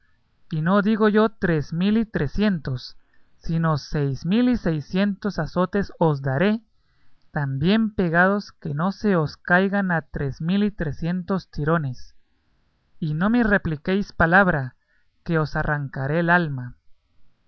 y no digo yo tres mil y trecientos sino seis mil y seiscientos azotes os daré tan bien pegados que no se os caigan a tres mil y trecientos tirones y no me repliquéis palabra que os arrancaré el alma